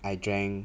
I drank